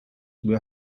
will